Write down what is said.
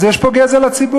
אז יש פה גזל הציבור.